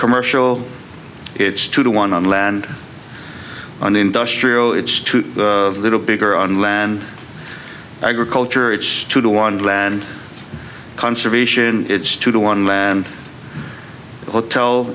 commercial it's two to one on land an industrial it's a little bigger on land agriculture it's to do and land conservation it's to do one land hotel